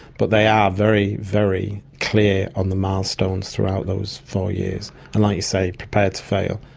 but they are very, very clear on the milestones throughout those four years and, like you say, prepare to fail.